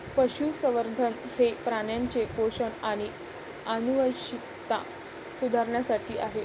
पशुसंवर्धन हे प्राण्यांचे पोषण आणि आनुवंशिकता सुधारण्यासाठी आहे